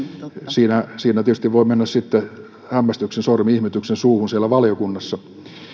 siinä siinä tietysti voi mennä sitten hämmästyksen sormi ihmetyksen suuhun siellä valiokunnassa